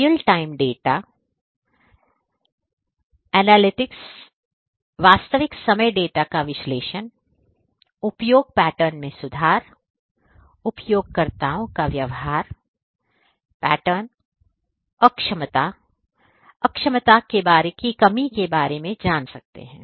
and time data एनालिसिसवास्तविक समय data का विश्लेषण उपयोग पैटर्न में सुधार उपयोगकर्ताओं का व्यवहार पैटर्न अक्षमता अक्षमता में कमी के बारे में जान सकते हैं